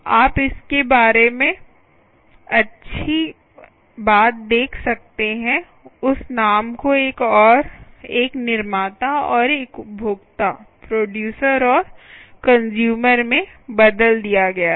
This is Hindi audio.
आप इसके बारे में अच्छी बात देख सकते हैं उस नाम को एक निर्माता और एक उपभोक्ता प्रोडयूसर और कंस्यूमर में बदल दिया गया है